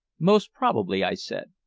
most probably, i said.